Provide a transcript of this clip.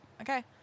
okay